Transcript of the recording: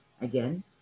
again